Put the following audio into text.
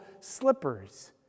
slippers